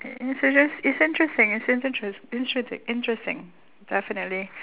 so just it's interesting it's interes~ interes~ interesting definitely